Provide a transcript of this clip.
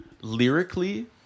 lyrically